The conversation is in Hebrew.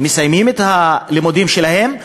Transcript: הם מסיימים את הלימודים שלהם,